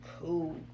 cool